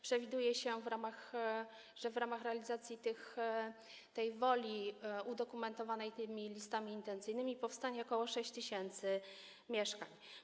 Przewiduje się, że w ramach realizacji tej woli udokumentowanej tymi listami intencyjnymi powstanie ok. 6 tys. mieszkań.